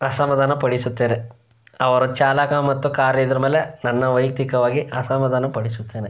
ಅಸಮಾಧಾನ ಪಡಿಸುತ್ತೇನೆ ಅವರ ಚಾಲಕ ಮತ್ತು ಕಾರ್ ಇದ್ರ ಮೇಲೆ ನನ್ನ ವೈಯಕ್ತಿಕವಾಗಿ ಅಸಮಾಧಾನ ಪಡಿಸುತ್ತೇನೆ